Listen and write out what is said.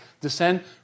descend